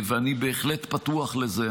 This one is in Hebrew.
אני בהחלט פתוח לזה,